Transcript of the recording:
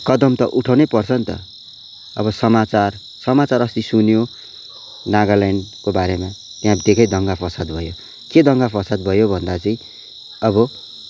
कदम त उठाउनै पर्छ नि त अब समाचार समाचार अस्ति सुन्यौ नागाल्यान्डको बारेमा त्यहाँ त्यतिकै दङ्गा फसाद भयो के दङ्गा फसाद भयो भन्दा चाहिँ अब